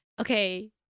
Okay